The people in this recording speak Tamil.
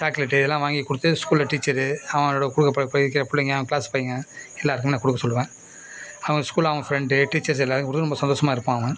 சாக்லேட்டு இதெலாம் வாங்கி கொடுத்து ஸ்கூலில் டீச்சரு அவனோட கூட ப படிக்கிற பிள்ளைங்க அவன் க்ளாஸ் பையன் எல்லாருக்குமே நான் கொடுக்க சொல்லுவேன் அவன் ஸ்கூல் அவன் ஃப்ரெண்டு டீச்சர்ஸு எல்லாருக்கும் குடுத் ரொம்ப சந்தோசமாக இருப்பான் அவன்